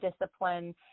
discipline